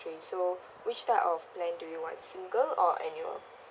~try so which type of plan do you want single or annual